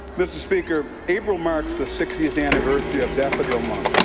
mr. speaker, april marks the sixtieth anniversary of daffodil month.